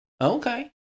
Okay